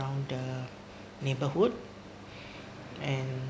around the neighborhood and